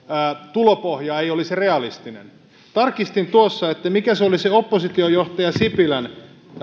tulopohja ei olisi realistinen kun tarkistin tuossa mikä oli se oppositiojohtaja sipilän